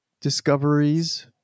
discoveries